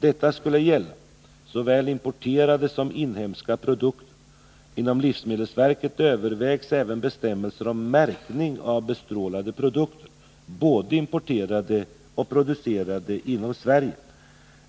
Detta skulle gälla såväl importerade som inhemska produkter. Inom livsmedelsverket övervägs även bestämmelser om märkning av bestrålade produkter, både sådana som importeras och sådana som produceras inom Sverige.